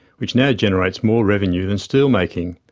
which now generates more revenue than steel making.